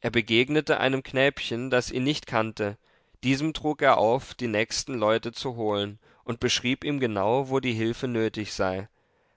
er begegnete einem knäbchen das ihn nicht kannte diesem trug er auf die nächsten leute zu holen und beschrieb ihm genau wo die hilfe nötig sei